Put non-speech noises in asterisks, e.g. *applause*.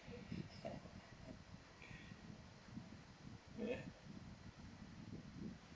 *laughs*